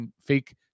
fake